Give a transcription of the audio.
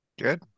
Good